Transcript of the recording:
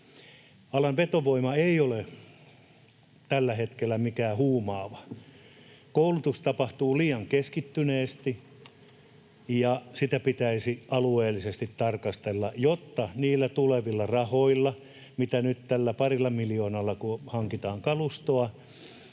Alan vetovoima ei ole tällä hetkellä mikään huumaava. Koulutus tapahtuu liian keskittyneesti, ja sitä pitäisi alueellisesti tarkastella. Kun niillä tulevilla rahoilla, nyt tällä parilla miljoonalla, hankitaan kalustoa